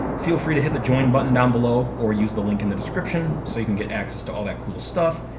feel free to hit the join button down below or use the link in the description so you can get access to all that cool stuff,